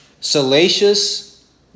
salacious